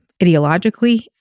ideologically